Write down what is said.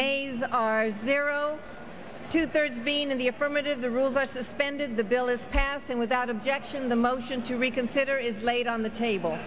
these are zero two thirds being in the affirmative the rules are suspended the bill is passed and without objection the motion to reconsider is laid on the table